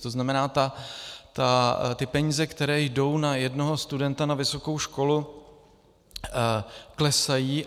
To znamená, peníze, které jdou na jednoho studenta na vysokou školu, klesají.